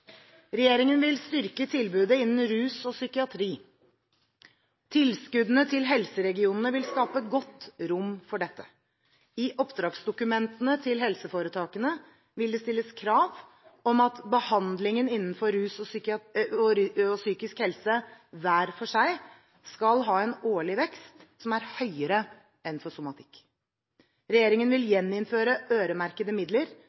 Regjeringen vil styrke tilbudet innen rus og psykiatri. Tilskuddene til helseregionene vil skape godt rom for dette. I oppdragsdokumentene til helseforetakene vil det stilles krav om at behandlingen innenfor rus og psykisk helse hver for seg skal ha en årlig vekst som er høyere enn for somatikk. Regjeringen vil gjeninnføre øremerkede midler